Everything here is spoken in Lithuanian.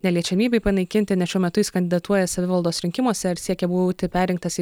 neliečiamybei panaikinti nes šiuo metu jis kandidatuoja savivaldos rinkimuose ir siekia būti perrinktas